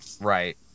right